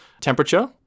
Temperature